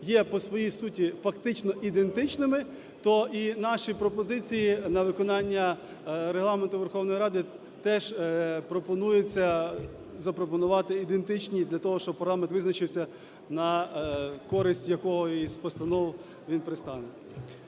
є по своїй суті фактично ідентичними, то і наші пропозиції на виконання Регламенту Верховної Ради теж пропонується запропонувати ідентичні для того, щоб парламент визначився, на користь якої із постанов він предстане.